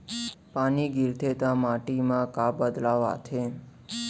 पानी गिरथे ता माटी मा का बदलाव आथे?